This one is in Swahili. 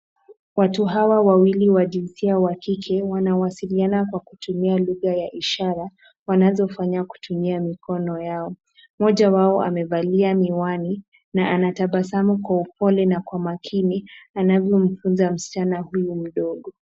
Watu hawa wawili wa jinsia wa kike wanawasiliana kwa kutumia lugha ya ishara wanazofanya kutumia mikono yao. Mmoja wao amevalia miwani na anatabasamu kwa upole na kwa makini, anavyomfunza msichana huyu mdogo.